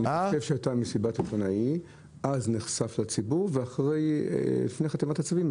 אני חושב שהייתה מסיבת עיתונאים ואז זה נחשף לציבור ולפני חתימת הצווים,